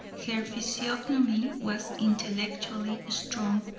her physiognomy was intellectually strong,